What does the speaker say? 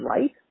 light